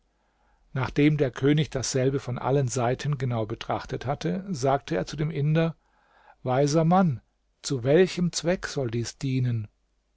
nachdem der könig dasselbe von allen seiten genau betrachtet hatte sagte er zu dem inder weiser mann zu welchem zweck soll dies dienen